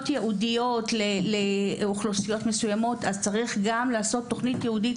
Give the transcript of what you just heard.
ייעודיות לאוכלוסיות מסוימות אז צריך גם לעשות תוכנית ייעודית